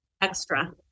extra